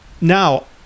now